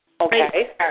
Okay